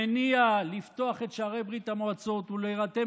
המניע לפתוח את שערי ברית המועצות ולהירתם